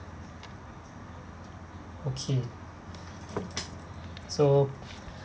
okay so